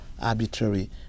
arbitrary